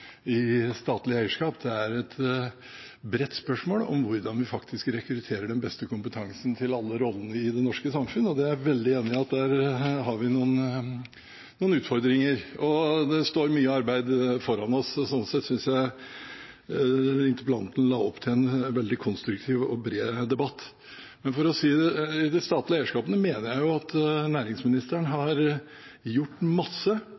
i statlig eierskap, det er et bredt spørsmål om hvordan vi rekrutterer den beste kompetansen til alle rollene i det norske samfunn, og der er jeg veldig enig i at vi har noen utfordringer. Det står mye arbeid foran oss, og sånn sett synes jeg interpellanten la opp til en veldig konstruktiv og bred debatt. I det statlige eierskapet mener jeg at næringsministeren har gjort masse.